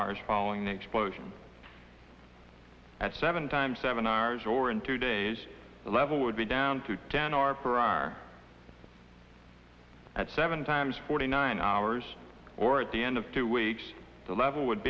hours following the explosion at seven times seven hours or in two days the level would be down to ten our parar at seven times forty nine hours or at the end of two weeks the level would